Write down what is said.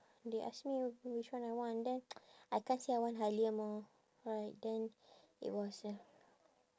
they ask me which one I want then I can't say I want Halia mah right then it was ya